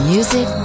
Music